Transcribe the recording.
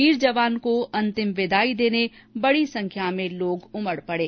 वीर जवान को अंतिम विदाई देने बड़ी संख्या में लोग उमड़ पड़े